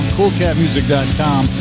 Coolcatmusic.com